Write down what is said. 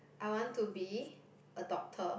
I want to be a doctor